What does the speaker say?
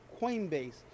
Coinbase